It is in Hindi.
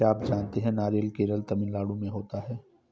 क्या आप जानते है नारियल केरल, तमिलनाडू में होता है?